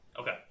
okay